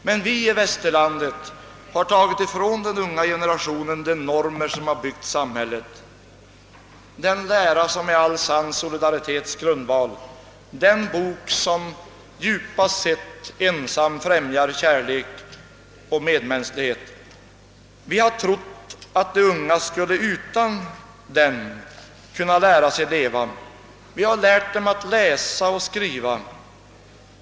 Men vi i Västerlandet har tagit ifrån den unga generationen de normer varpå samhället byggts upp. Vi har trott att de unga, förutan den lära som är all sann solidaritets grundval och den bok som djupast sett ensam främjar kärlek och medmänsklighet, skulle kunna lära sig leva. Vi har lärt dem att läsa och skriva.